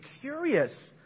curious